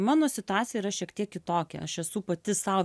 mano situacija yra šiek tiek kitokia aš esu pati sau